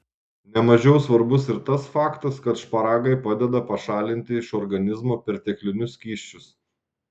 ne mažiau svarbus ir tas faktas kad šparagai padeda pašalinti iš organizmo perteklinius skysčius